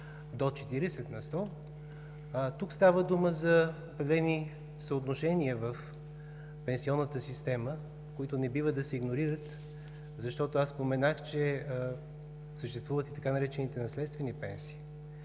до 40 на сто, тук става дума за определени съотношения в пенсионната система, които не бива да се игнорират, защото аз споменах, че съществуват и така наречените „наследствени пенсии“.